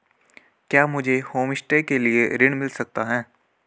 क्या मुझे होमस्टे के लिए ऋण मिल सकता है?